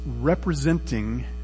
representing